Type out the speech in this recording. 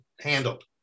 handled